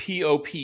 POP